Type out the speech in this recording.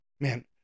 man